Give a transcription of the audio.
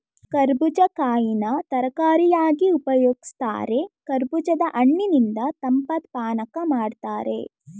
ಕರ್ಬೂಜ ಕಾಯಿನ ತರಕಾರಿಯಾಗಿ ಉಪಯೋಗಿಸ್ತಾರೆ ಕರ್ಬೂಜದ ಹಣ್ಣಿನಿಂದ ತಂಪಾದ್ ಪಾನಕ ಮಾಡ್ತಾರೆ